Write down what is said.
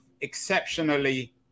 exceptionally